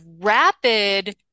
rapid